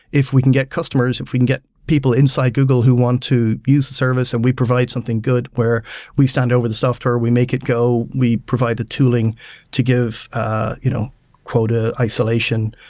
if we can get customers, if we can get people inside google who want to use service and we provide something good, where we stand over the software. we make it go. we provide the tooling to give you know quota isolation,